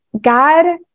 God